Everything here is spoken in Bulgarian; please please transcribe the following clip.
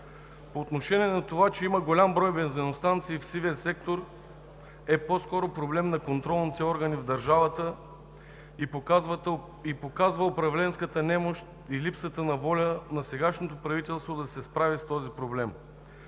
отрасъл. Това, че има голям брой бензиностанции в сивия сектор, е по-скоро проблем на контролните органи в държавата и показва управленската немощ и липсата на воля на сегашното правителство да се справи с този проблем,